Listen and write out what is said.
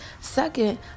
Second